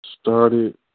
Started